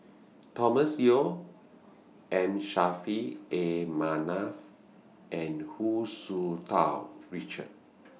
Thomas Yeo M Saffri A Manaf and Hu Tsu Tau Richard